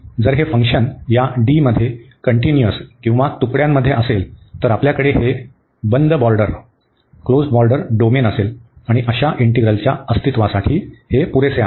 जर हे फंक्शन या D मध्ये कन्टीन्युअस किंवा तुकड्यांमध्ये असेल तर आपल्याकडे हे बंद बॉर्डर डोमेन असेल आणि अशा इंटीग्रलच्या अस्तित्वासाठी हे पुरेसे आहे